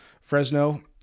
Fresno